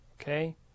okay